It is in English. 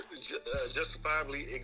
justifiably